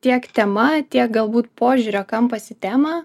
tiek tema tiek galbūt požiūrio kampas į temą